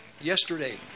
yesterday